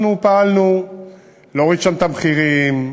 אנחנו פעלנו להוריד שם את המחירים,